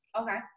Okay